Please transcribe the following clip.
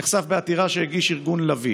נחשף בעתירה שהגיש ארגון לביא.